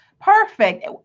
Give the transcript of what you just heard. perfect